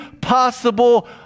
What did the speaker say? possible